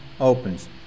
opens